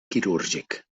quirúrgic